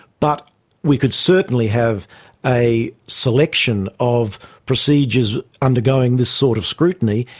but we could certainly have a selection of procedures undergoing this sort of scrutiny,